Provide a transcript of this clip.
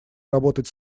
работать